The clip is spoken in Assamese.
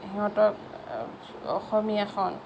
সিহঁতক অসমীয়াখন